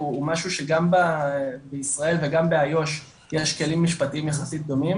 הוא משהו שגם בישראל וגם באיו"ש יש כלים משפטיים יחסית דומים